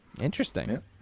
Interesting